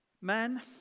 Men